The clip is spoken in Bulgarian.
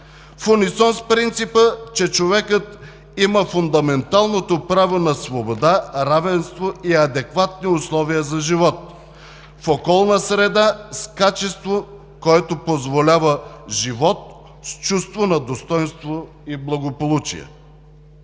унисон с принципа, че човекът има фундаменталното право на свобода, равенство и адекватни условия за живот в околна среда с качество, което позволява живот с чувство на достойнство и благополучие.